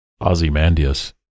Ozymandias